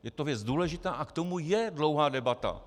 Je to věc důležitá a k tomu je dlouhá debata.